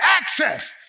access